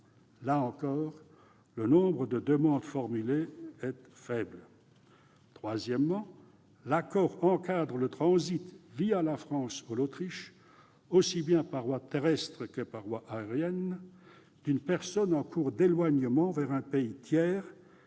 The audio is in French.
Là encore, le nombre de demandes formulées est faible. Troisièmement, l'accord encadre le transit la France ou l'Autriche, aussi bien par voie terrestre qu'à l'occasion d'une escale aérienne, d'une personne en cours d'éloignement vers un pays tiers